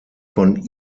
von